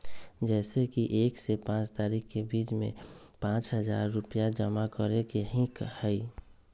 जैसे कि एक से पाँच तारीक के बीज में पाँच हजार रुपया जमा करेके ही हैई?